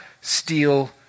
steal